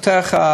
המנתח,